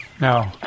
No